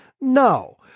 No